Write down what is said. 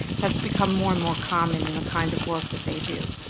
that's become more and more common in the kind of work that they do.